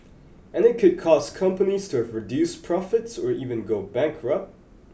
and it could cause companies to have reduced profits or even go bankrupt